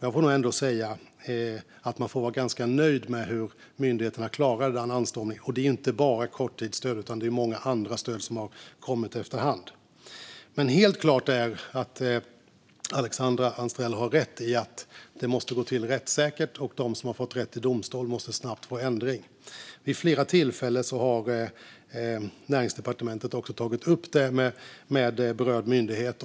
Jag får nog ändå säga att man får vara ganska nöjd med hur myndigheterna klarade den anstormningen. Det gäller inte bara korttidsstöd, utan även många andra stöd som har kommit efter hand. Alexandra Anstrell har helt klart rätt i att detta måste gå till rättssäkert och att de som har fått rätt i domstol snabbt måste få ändring. Vid flera tillfällen har Näringsdepartementet tagit upp detta med berörd myndighet.